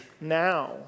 now